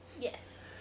Yes